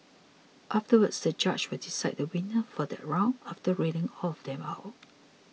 afterwards the judge will decide the winner for that round after reading all of them out